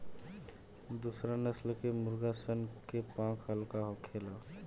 दुसरा नस्ल के मुर्गा सन के पांख हल्का होखेला